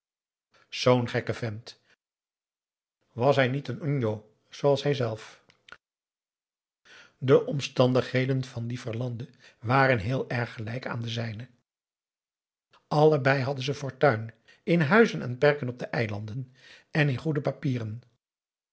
zoo'n gekke vent was hij niet een njo net als hij zelf e omstandigheden van dien verlande waren heel erg gelijk aan de zijne allebei hadden ze fortuin in huizen in perken op de eilanden en in goede papieren